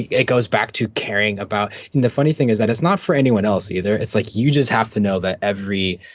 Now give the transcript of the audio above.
yeah it goes back to caring about and the funny thing is that it's not for anyone else either. it's like, you just have to know that every